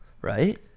right